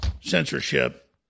censorship